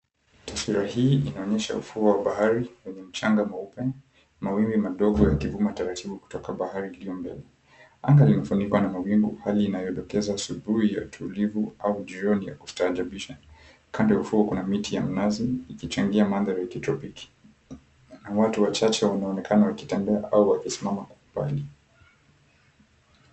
Taswira hii inaonyesha ufuo wa bahari wenye mchanga mweupe, mawimbi madogo yakivuma taratibu kutoka bahari iliyo mbele. Anga limefunikwa na mawingu, hali inayodokeza asubuhi ya utulivu au jioni ya kustaajabisha. Kando ya ufuo kuna miti ya mnazi, ikichangia mandhari ya kitropiki. Na watu wachache wanaonekana wakitembea au wakisimama kwa umbali.